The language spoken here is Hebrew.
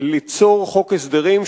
ליצור חוק הסדרים,